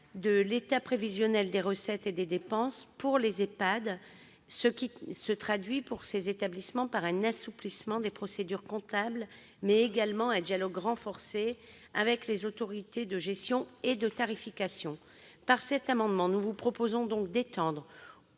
a généralisé le système de l'EPRD pour les EHPAD, ce qui se traduit pour ces établissements par un assouplissement des procédures comptables, mais également un dialogue renforcé avec les autorités de gestion et de tarification. Par cet amendement, nous proposons d'étendre